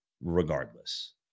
regardless